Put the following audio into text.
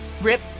Rip